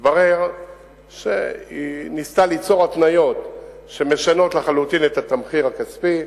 התברר שהיא ניסתה ליצור התניות שמשנות לחלוטין את התמחיר הכספי,